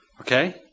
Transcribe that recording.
Okay